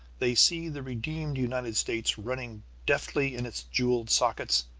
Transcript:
they see the redeemed united states running deftly in its jewelled sockets,